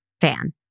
fan